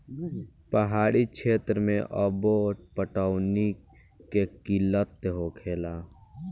पहाड़ी क्षेत्र मे अब्बो पटौनी के किल्लत होखेला